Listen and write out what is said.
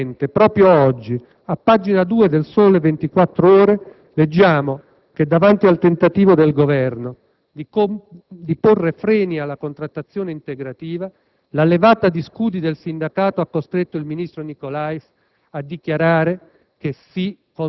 Paradossalmente proprio oggi a pagina 2 de «Il Sole 24 ORE» leggiamo che davanti al tentativo del Governo di porre freni alla Contrattazione integrativa la levata di scudi del Sindacato ha costretto il ministro Nicolais a dichiarare